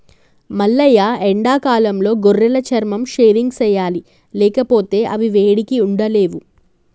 మల్లయ్య ఎండాకాలంలో గొర్రెల చర్మం షేవింగ్ సెయ్యాలి లేకపోతే అవి వేడికి ఉండలేవు